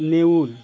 নেউল